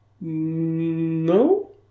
No